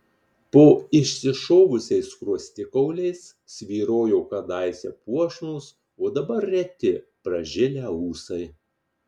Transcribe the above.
po išsišovusiais skruostikauliais svyrojo kadaise puošnūs o dabar reti pražilę ūsai